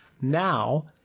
Now